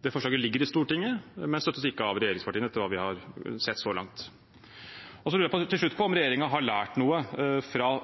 Det forslaget ligger i Stortinget, men støttes ikke av regjeringspartiene, etter hva vi har sett så langt. Så lurer jeg til slutt på om regjeringen har lært noe fra